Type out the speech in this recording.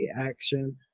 action